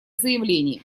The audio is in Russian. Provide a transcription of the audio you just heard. заявление